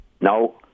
No